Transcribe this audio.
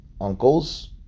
uncles